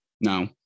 no